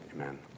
Amen